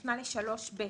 מפנה לסעיף 3(ב).